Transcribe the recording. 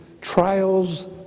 trials